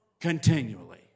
continually